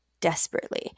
desperately